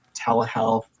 telehealth